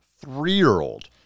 three-year-old